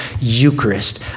eucharist